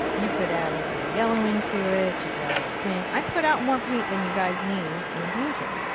you could add a little yellow into it. you could add a little quin. i put out more paint than you guys need in a painting.